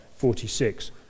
46